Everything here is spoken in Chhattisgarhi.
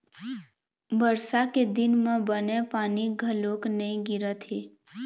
बरसा के दिन म बने पानी घलोक नइ गिरत हे